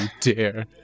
dare